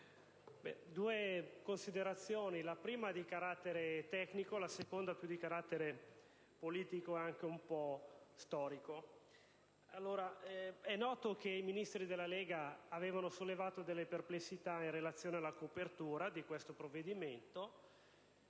due considerazioni: la prima di carattere tecnico, la seconda di carattere politico e storico. Come è noto, i Ministri della Lega Nord avevano sollevato delle perplessità in relazione alla copertura di questo provvedimento,